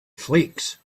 flakes